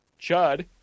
Chud